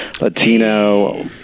Latino